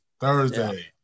Thursday